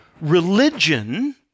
religion